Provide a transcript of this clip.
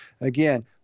Again